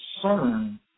concern